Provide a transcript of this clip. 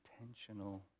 intentional